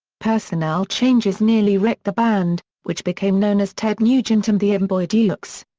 personnel changes nearly wrecked the band, which became known as ted nugent and the amboy dukes.